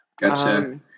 Gotcha